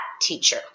teacher